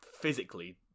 physically